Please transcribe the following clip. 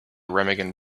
remagen